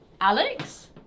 Alex